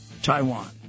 Taiwan